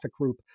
group